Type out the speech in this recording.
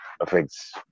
affects